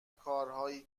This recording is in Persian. کارهایی